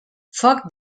foc